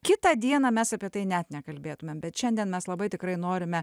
kitą dieną mes apie tai net nekalbėtumėm bet šiandien mes labai tikrai norime